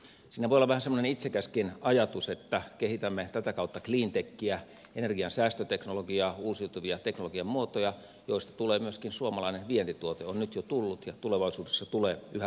siinä voi olla vähän semmoinen itsekäskin ajatus että kehitämme tätä kautta cleantechiä energian säästöteknologiaa uusiutuvia teknologian muotoja joista tulee myöskin suomalainen vientituote on nyt jo tullut ja tulevaisuudessa tulee yhä vahvemmin